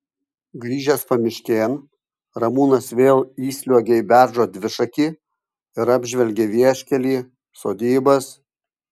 grįžęs pamiškėn ramūnas vėl įsliuogia į beržo dvišakį ir apžvelgia vieškelį sodybas